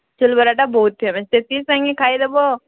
ଚଉଲ୍ ବରାଟା ବହୁତ୍ ଫେମସ୍ ତେତେଲ୍ ସାଙ୍ଗେ ଖାଇଦେବ